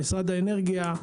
למשרד האנרגיה,